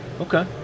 Okay